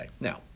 now